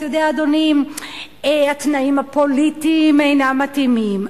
אתה יודע: התנאים הפוליטיים אינם מתאימים,